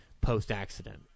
post-accident